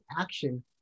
action